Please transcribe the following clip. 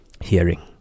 Hearing